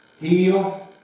heal